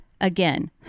again